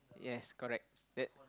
yes correct that